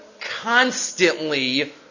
constantly